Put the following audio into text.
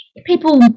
People